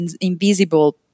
invisible